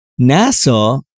NASA